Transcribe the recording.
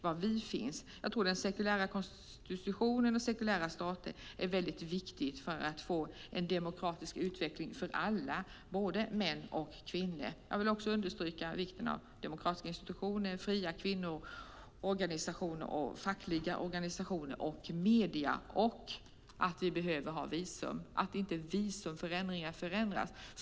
Jag tror att den sekulära konstitutionen och sekulära stater är viktigt för att få en demokratisk utveckling för alla, både män och kvinnor. Jag vill understryka vikten av demokratiska institutioner och fria kvinnoorganisationer, fackliga organisationer och medier. Vi behöver också ha visum. Visumreglerna ska inte förändras.